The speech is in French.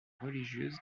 religieuse